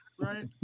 right